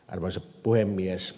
arvoisa puhemies